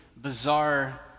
bizarre